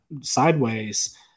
sideways